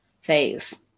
phase